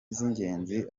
z’ingenzi